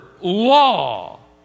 law